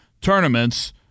tournaments